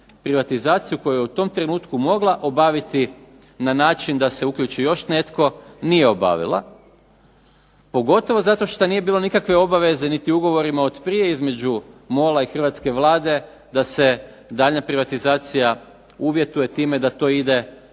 privatizaciju koju je u tom trenutku mogla obaviti na način da se uključi još netko nije obavila. Pogotovo zato što nije bilo nikakve obaveze niti ugovorima od prije između MOL-a i Hrvatske vlade da se daljnja privatizacija uvjetuje time da to ide u